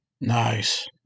Nice